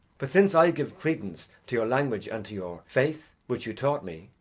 but since i give credence to your language and to your faith, which you taught me,